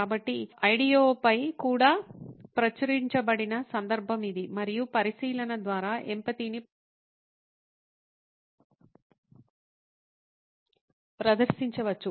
కాబట్టి ఇడియోపై కూడా ప్రచురించబడిన సందర్భం ఇది మరియు పరిశీలన ద్వారా ఎంపతిని ప్రదర్శించవచ్చు